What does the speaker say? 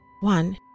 one